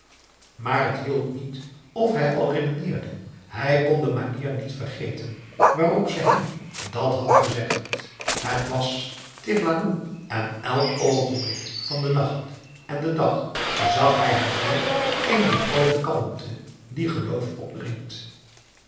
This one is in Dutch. maar t hielp niet of hij al redeneerde hij kon de manier niet vergeten waarop ze hem dàt had gezegd het was terlaloe en elk oogenblik van den nacht en den dag zag hij haar weer in die groote kalmte die geloof opdringt